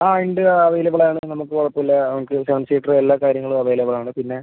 ആ ഉണ്ട് അവൈലബിൾ ആണ് നമുക്ക് കുഴപ്പമില്ല നമുക്ക് ഫ്രണ്ട് സീറ്റും എല്ലാ കാര്യങ്ങളും അവൈലബിൾ ആണ് പിന്നെ